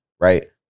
right